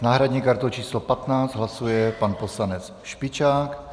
S náhradní kartou číslo 15 hlasuje pan poslanec Špičák.